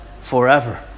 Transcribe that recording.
forever